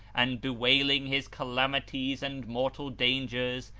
and bewailing his calamities and mortal dangers,